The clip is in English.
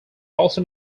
also